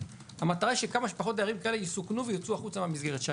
המטרה היא שכמה שפחות דיירים כאלה יסוכנו וייצאו החוצה מהמסגרת.